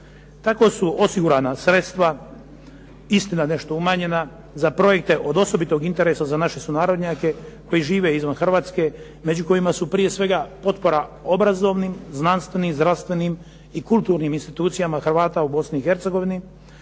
Tako su osigurana sredstva, istina nešto umanjena za projekte od osobitog interesa za naše sunarodnjake koji žive izvan Hrvatske među kojima su prije svega potpora obrazovnim, znanstvenim, zdravstvenim i kulturnim institucijama Hrvata u Bosni